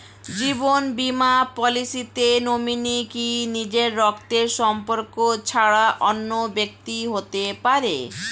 জীবন বীমা পলিসিতে নমিনি কি নিজের রক্তের সম্পর্ক ছাড়া অন্য ব্যক্তি হতে পারে?